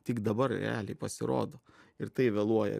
tik dabar realiai pasirodo ir tai vėluoja